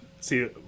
see